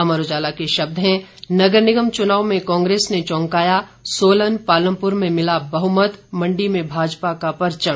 अमर उजाला के शब्द हैं नगर निगम चुनाव में कांग्रेस ने चौंकाया सोलन पालमपुर में मिला बहमत मंडी में भाजपा का परचम